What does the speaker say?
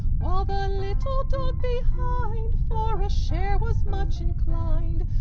while the little dog behind, for a share was much inclined,